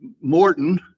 Morton